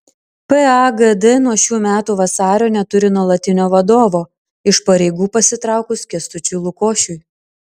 pagd nuo šių metų vasario neturi nuolatinio vadovo iš pareigų pasitraukus kęstučiui lukošiui